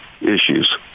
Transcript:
issues